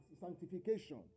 sanctification